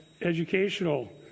educational